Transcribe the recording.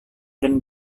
dan